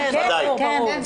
כן, כן.